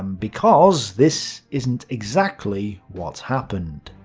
um because this isn't exactly what happened.